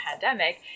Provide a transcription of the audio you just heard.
pandemic